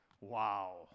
Wow